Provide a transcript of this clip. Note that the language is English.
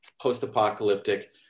post-apocalyptic